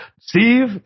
Steve